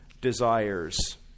desires